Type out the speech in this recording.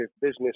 business